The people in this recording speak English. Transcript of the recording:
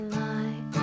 light